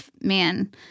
man